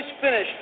finish